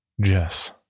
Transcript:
Jess